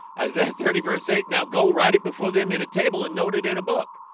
isaiah thirty verse eight now go write it before them in a table and noted in a book